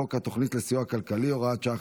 חוק התוכנית לסיוע כלכלי (הוראת שעה,